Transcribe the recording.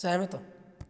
ਸਹਿਮਤ